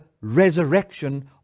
resurrection